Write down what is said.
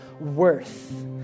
worth